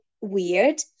weird